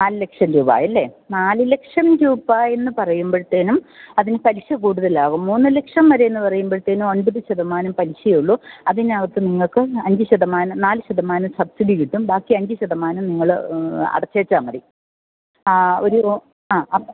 നാലു ലക്ഷം രൂപയല്ലേ നാല് ലക്ഷം രൂപ എന്നു പറയുമ്പോഴത്തേനും അതിനു പലിശ കൂടുതലാകും മൂന്നു ലക്ഷം വരേ എന്നു പറയുമ്പോഴത്തേനും ഒൻപത് ശതമാനം പലിശയേ ഉള്ളു അതിനകത്ത് നിങ്ങൾക്ക് അഞ്ചു ശതമാനം നാല് ശതമാനം സബ്സിഡി കിട്ടും ബാക്കി അഞ്ച് ശതമാനം നിങ്ങൾ അടച്ചേച്ചാൽ മതി ആ ഒരു ആ അത്